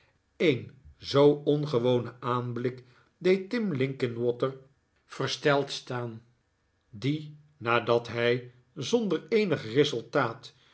een zoo ongewone aanblik deed tim linkinwater versteld staan die nadat hij zonder eenig resultaat